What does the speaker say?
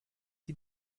die